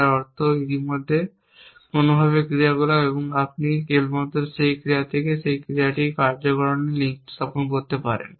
যার অর্থ ইতিমধ্যেই কোনওভাবে ক্রিয়াকলাপ এবং আপনি কেবলমাত্র সেই ক্রিয়া থেকে এই ক্রিয়াটির কার্যকারণ লিঙ্ক স্থাপন করতে পারেন